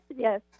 Yes